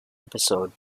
episode